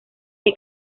que